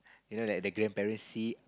you know that the grandparents see